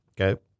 Okay